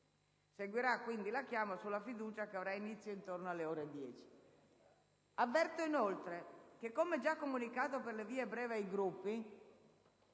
Seguirà quindi la chiama sulla fiducia, che avrà inizio intorno alle ore 10. Avverto inoltre che, come già comunicato per le vie brevi ai Gruppi,